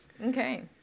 Okay